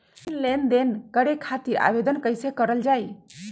ऋण लेनदेन करे खातीर आवेदन कइसे करल जाई?